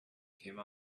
came